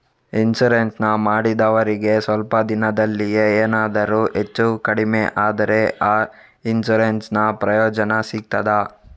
Insurance ಮಾಡಿದವರಿಗೆ ಸ್ವಲ್ಪ ದಿನದಲ್ಲಿಯೇ ಎನಾದರೂ ಹೆಚ್ಚು ಕಡಿಮೆ ಆದ್ರೆ ಆ ಇನ್ಸೂರೆನ್ಸ್ ನ ಪ್ರಯೋಜನ ಸಿಗ್ತದ?